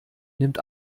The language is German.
nimmt